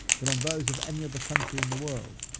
than on those of any other country in the world.